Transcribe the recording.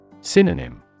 Synonym